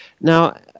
now